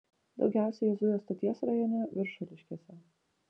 daugiausiai jie zuja stoties rajone viršuliškėse